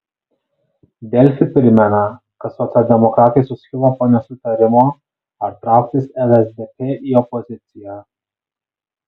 delfi primena kad socialdemokratai suskilo po nesutarimą ar trauktis lsdp į opoziciją